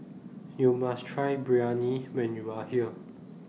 YOU must Try Biryani when YOU Are here